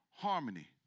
harmony